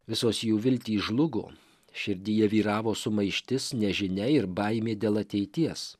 visos jų viltys žlugo širdyje vyravo sumaištis nežinia ir baimė dėl ateities